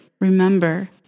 Remember